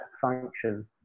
function